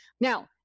Now